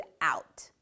out